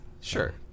Sure